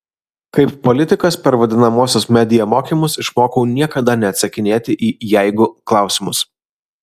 kaip politikas per vadinamuosius media mokymus išmokau niekada neatsakinėti į jeigu klausimus